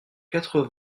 quatre